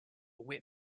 whip